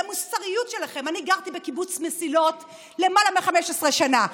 על המוסריות שלכם אני גרתי בקיבוץ מסילות למעלה מ-15 שנה.